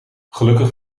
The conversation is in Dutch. gelukkig